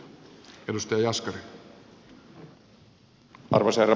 arvoisa herra puhemies